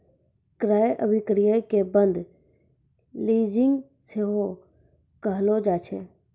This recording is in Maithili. क्रय अभिक्रय के बंद लीजिंग सेहो कहलो जाय छै